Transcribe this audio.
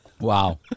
Wow